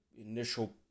initial